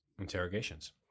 interrogations